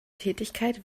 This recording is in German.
tätigkeit